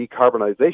decarbonization